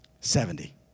Seventy